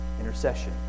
intercession